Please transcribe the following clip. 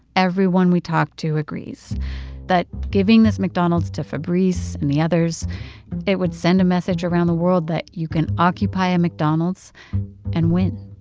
everyone we talked to agrees that giving this mcdonald's to fabrice and the others it would send a message around the world that you can occupy a mcdonald's and win.